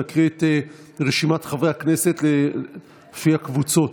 נקריא את רשימת חברי הכנסת לפי הקבוצות.